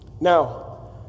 Now